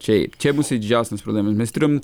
čia čia bus ir didžiausias problema nes turim